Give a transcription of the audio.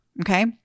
Okay